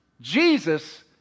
Jesus